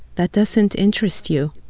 that doesn't interest you.